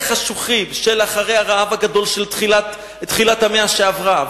חשוכים של אחרי הרעב הגדול של תחילת המאה שעברה,